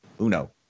Uno